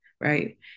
right